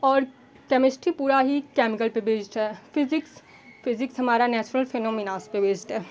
और केमिस्ट्री पूरा ही केमिकल पर बेस्ड है फिज़िक्स फिज़िक्स हमारा नैच्रल फिनोमेना पर बेस्ड है